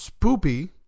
Spoopy